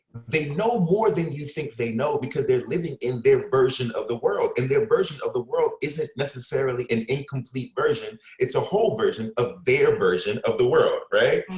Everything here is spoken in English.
they know more than you think they know because they're living in their version of the world. and their version of the world isn't necessarily an incomplete version. it's a whole version of their version of the world. right?